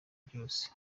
byose